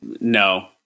No